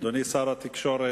אדוני שר התקשורת